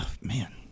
Man